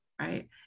right